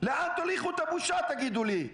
לאן תוליכו את הבושה, תגידו לי?